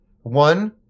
one